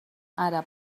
àrab